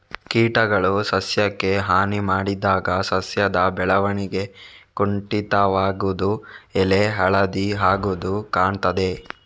ಕೀಟಗಳು ಸಸ್ಯಕ್ಕೆ ಹಾನಿ ಮಾಡಿದಾಗ ಸಸ್ಯದ ಬೆಳವಣಿಗೆ ಕುಂಠಿತವಾಗುದು, ಎಲೆ ಹಳದಿ ಆಗುದು ಕಾಣ್ತದೆ